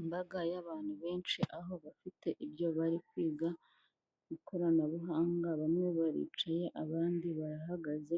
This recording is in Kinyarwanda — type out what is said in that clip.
Imbaga y'abantu benshi aho bafite ibyo bari kwiga ikoranabuhanga bamwe bicaye abandi barahagaze